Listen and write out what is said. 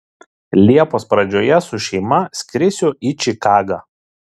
liepos pradžioje su šeima skrisiu į čikagą